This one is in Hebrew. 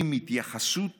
עם התייחסות